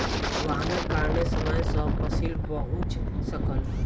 वाहनक कारणेँ समय सॅ फसिल पहुँच सकल